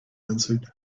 answered